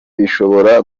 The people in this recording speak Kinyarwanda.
bishobora